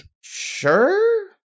Sure